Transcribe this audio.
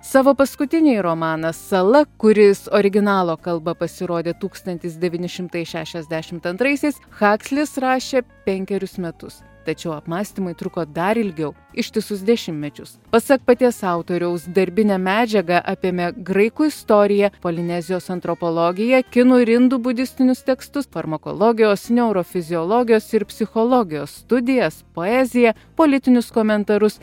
savo paskutinįjį romaną sala kuris originalo kalba pasirodė tūkstantis devyni šimtai šešiasdešimt antraisiais hakslis rašė penkerius metus tačiau apmąstymai truko dar ilgiau ištisus dešimtmečius pasak paties autoriaus darbinė medžiaga apėmė graikų istoriją polinezijos antropologiją kinų ir indų budistinius tekstus farmakologijos neurofiziologijos ir psichologijos studijas poeziją politinius komentarus